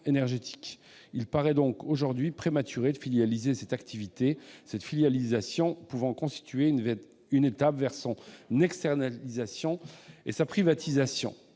énergétique. Il paraît donc aujourd'hui prématuré de filialiser cette activité, cette filialisation pouvant constituer une étape vers son externalisation et sa privatisation.